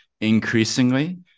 increasingly